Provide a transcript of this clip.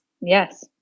Yes